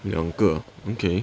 两个 okay